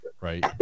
right